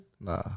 Nah